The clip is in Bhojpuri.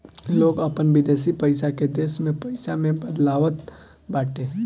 लोग अपन विदेशी पईसा के देश में पईसा में बदलवावत बाटे